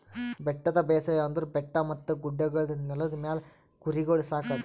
ಬೆಟ್ಟದ ಬೇಸಾಯ ಅಂದುರ್ ಬೆಟ್ಟ ಮತ್ತ ಗುಡ್ಡಗೊಳ್ದ ನೆಲದ ಮ್ಯಾಲ್ ಕುರಿಗೊಳ್ ಸಾಕದ್